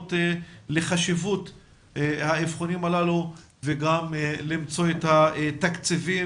המודעות לחשיבות האבחונים הללו וגם למצוא את התקציבים